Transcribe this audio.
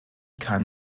kann